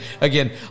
again